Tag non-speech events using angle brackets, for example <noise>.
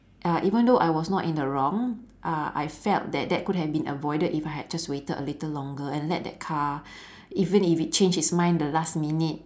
ya even though I was not in the wrong uh I felt that that could had been avoided if I had just waited a little longer and let that car <breath> even if it changed its mind the last minute